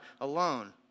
alone